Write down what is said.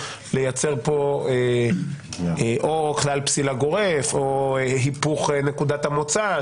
לייצר פה או כלל פסילה גורף או היפוך נקודת המוצא,